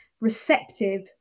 receptive